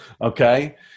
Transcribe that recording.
Okay